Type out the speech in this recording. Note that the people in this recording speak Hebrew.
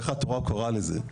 ככה התורה קורה לזה,